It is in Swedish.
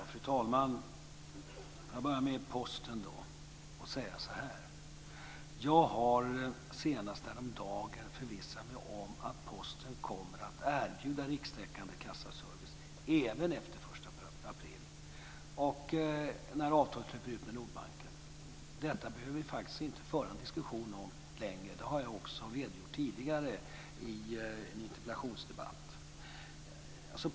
Fru talman! Jag börjar med Posten. Jag har senast häromdagen förvissat mig om att Posten kommer att erbjuda rikstäckande kassaservice även efter den 1 april när avtalet löper ut med Nordbanken. Detta behöver vi faktiskt inte längre föra en diskussion om. Det här har jag också redogjort för tidigare i en interpellationsdebatt.